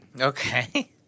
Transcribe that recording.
Okay